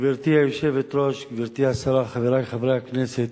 גברתי היושבת-ראש, גברתי השרה, חברי חברי הכנסת,